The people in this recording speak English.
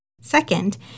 Second